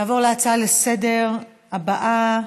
נעבור להצעה לסדר הבאה: